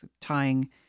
tying